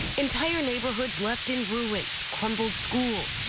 entire neighborhoods left in ruins, crumbled schools.